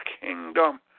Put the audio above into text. kingdom